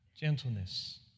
Gentleness